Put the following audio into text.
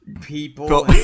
people